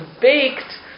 baked